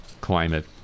climate